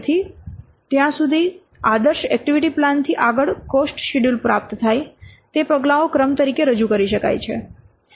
તેથી ત્યાં સુધી આદર્શ એક્ટિવિટી પ્લાન થી આગળ કોસ્ટ શેડ્યૂલ પ્રાપ્ત થાય તે પગલાંઓ ક્રમ તરીકે રજૂ કરી શકાય છે